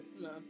no